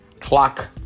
clock